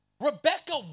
Rebecca